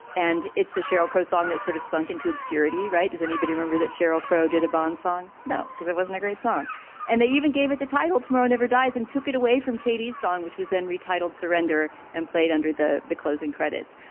and it's the sheryl crow song that sort of sunk into obscurity right does anybody remember that sheryl crow did a bond song. no because it wasn't a great song and they even gave it the title tomorrow never dies and took it away from katy's song which was then retitled surrender and played under the the closing credits.